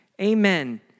Amen